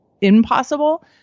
impossible